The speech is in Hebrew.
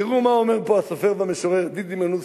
תראו מה אומר פה הסופר והמשורר דידי מנוסי,